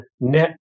net